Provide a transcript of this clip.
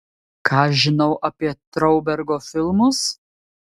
ką žinau apie traubergo filmus